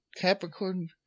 Capricorn